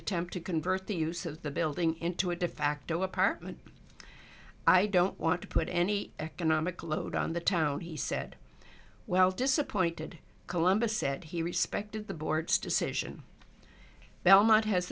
attempt to convert the use of the building into a defacto apartment i don't want to put any economic load on the town he said well disappointed columbus said he respected the board's decision belmont has